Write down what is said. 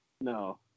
No